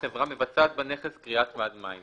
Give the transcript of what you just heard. החברה מבצעת בנכס קריאת מד מים".